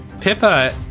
Pippa